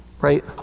Right